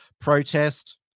protest